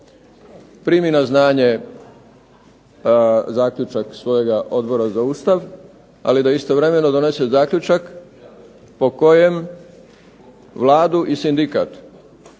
primi na znanje zaključak svojega Odbora za Ustav, ali da istovremeno donese zaključak po kojem Vladu i sindikat